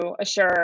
assure